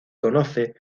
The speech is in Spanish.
conoce